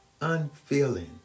unfeeling